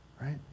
right